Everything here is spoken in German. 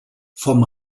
vom